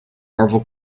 marvel